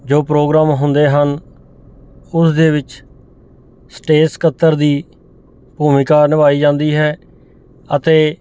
ਜੋ ਪ੍ਰੋਗਰਾਮ ਹੁੰਦੇ ਹਨ ਉਸ ਦੇ ਵਿੱਚ ਸਟੇਜ ਸਕੱਤਰ ਦੀ ਭੂਮਿਕਾ ਨਿਭਾਈ ਜਾਂਦੀ ਹੈ ਅਤੇ